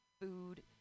food